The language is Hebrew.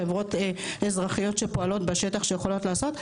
חברות אזרחיות שפועלות בשטח שיכולות לעשות.